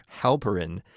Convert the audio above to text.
Halperin